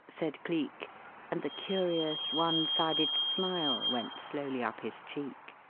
said cleek and the curious, one-sided smile went slowly up his cheek.